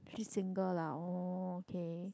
she single lah oh okay